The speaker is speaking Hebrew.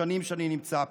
השנים שאני נמצא פה,